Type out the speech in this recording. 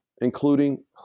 including